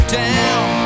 down